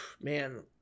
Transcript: man